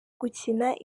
gukina